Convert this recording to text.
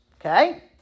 Okay